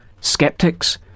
Skeptics